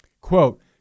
Quote